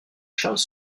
charles